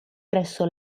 presso